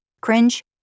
cringe